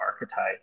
archetype